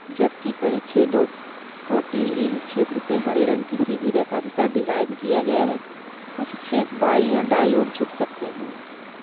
जबकि कई छेदों को टीइंग क्षेत्र से हरे रंग की सीधी रेखा के साथ डिज़ाइन किया गया है कुछ छेद बाईँ या दाईँ ओर झुक सकते हैं